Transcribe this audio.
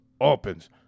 opens